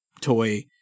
toy